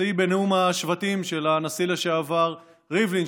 השיא בנאום השבטים של הנשיא לשעבר ריבלין,